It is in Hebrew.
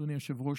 אדוני היושב-ראש,